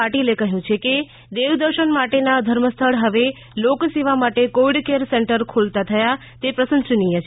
પાટિલે કહ્યું છે કે દેવદર્શન માટે ના ધર્મસ્થળ હવે લોકસેવા માટે કોવિડ કેર સેન્ટર ખોલતા થયા તે પ્રશંસનીય છે